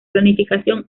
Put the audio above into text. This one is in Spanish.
planificación